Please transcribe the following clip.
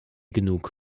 genug